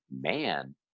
man